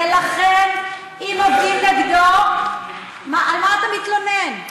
ולכן, אם עובדים נגדו, מה, על מה אתה מתלונן?